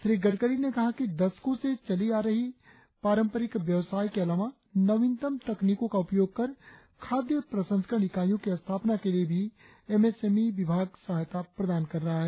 श्री गडकरी ने कहा कि दशकों से चले आ रहे पारंपरिक व्यवसाय के अलावा नवीनतम तकनिकों का उपयोग कर खाद्य प्रशंस्करण इकाईयों की स्थापना के लिए भी एम एस एम ई विभाग सहायता प्रदान कर रहा है